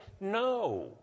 No